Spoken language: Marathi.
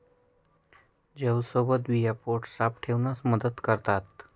जवसाच्या बिया पोट साफ ठेवण्यास मदत करतात